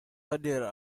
hadir